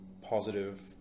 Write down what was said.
positive